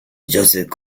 joseph